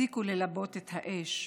תפסיקו ללבות את האש,